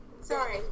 sorry